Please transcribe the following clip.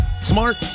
Smart